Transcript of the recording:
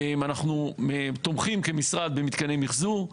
אנחנו תומכים כמשרד במתקני מחזור.